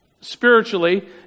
spiritually